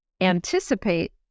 anticipate